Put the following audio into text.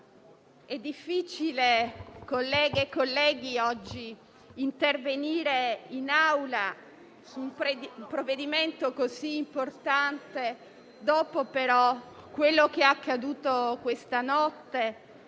è difficile oggi intervenire in Aula su un provvedimento così importante, dopo quello che è accaduto questa notte,